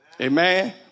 amen